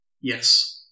Yes